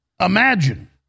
imagine